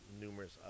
numerous